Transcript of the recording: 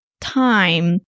time